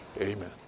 Amen